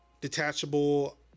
detachable